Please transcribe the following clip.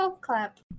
clap